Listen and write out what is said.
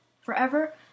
Forever